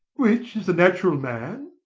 which is the natural man,